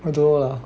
Idon't know lah